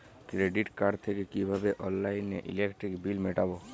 Credit card থেকে কিভাবে অনলাইনে ইলেকট্রিক বিল মেটাবো?